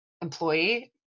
employee